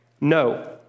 No